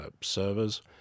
servers